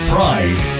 Pride